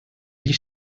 gli